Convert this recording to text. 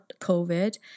COVID